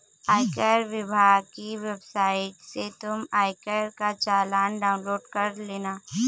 आयकर विभाग की वेबसाइट से तुम आयकर का चालान डाउनलोड कर लेना